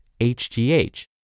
HGH